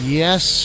yes